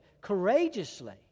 courageously